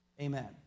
Amen